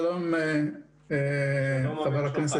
שלום אדוני.